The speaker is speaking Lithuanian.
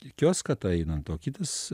kioską tą einant o kitas